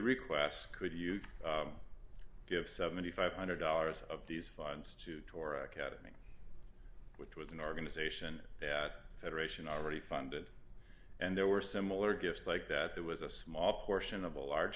request could you give seven thousand five hundred dollars of these funds to torah academy which was an organization that federation already funded and there were similar gifts like that that was a small portion of a large